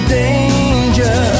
danger